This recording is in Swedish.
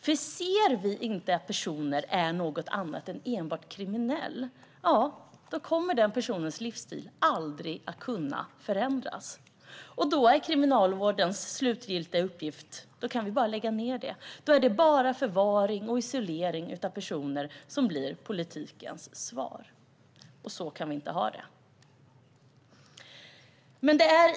Om man inte ser att personer är någonting annat än enbart kriminella kommer dessa personers livsstil aldrig att kunna förändras. Då har kriminalvården ingen uppgift. Då kan den läggas ned. Då är det bara förvaring och isolering av personer som blir politikens svar, och så kan vi inte ha det.